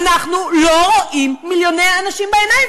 אנחנו לא רואים מיליוני אנשים בעיניים,